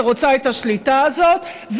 שרוצה את השליטה הזאת,